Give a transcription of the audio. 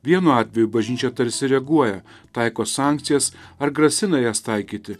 vienu atveju bažnyčia tarsi reaguoja taiko sankcijas ar grasina jas taikyti